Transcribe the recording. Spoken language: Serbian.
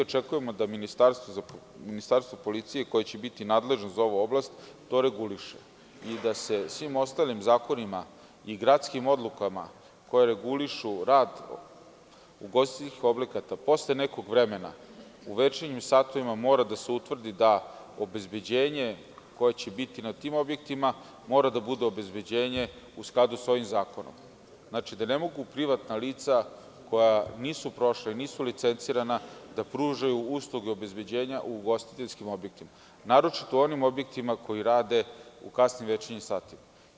Očekujemo da MUP, koje će biti nadležno za ovu oblast, to reguliše i da se svim ostalim zakonima i gradskim odlukama koje regulišu rad ugostiteljskih objekata posle nekog vremena, u večernjim satima mora da se utvrdi da obezbeđenje koje će biti na tim objektima mora da bude obezbeđenje u skladu sa ovim zakonom, da ne mogu privatna lica koja nisu prošla i nisu licencirana da pružaju usluge obezbeđenja ugostiteljskim objektima, naročito onim objektima koji rade u kasnim večernjim satima.